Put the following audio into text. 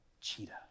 cheetah